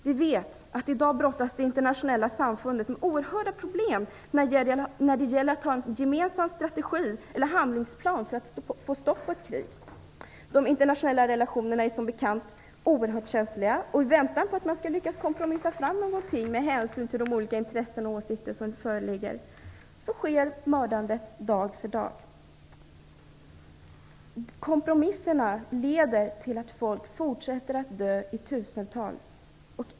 Vi vet att det internationella samfundet i dag brottas med oerhörda problem när det gäller att ha en gemensam strategi eller handlingsplan för att få stopp på ett krig. De internationella relationerna är som bekant oerhört känsliga. I väntan på att man skall lyckas kompromissa fram en åtgärd, med hänsyn till de olika intressen och åsikter som föreligger, fortsätter mördandet dag efter dag. Kompromisserna leder till att folk fortsätter att dö i tusental.